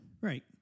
Right